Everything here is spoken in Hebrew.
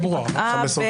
ב-15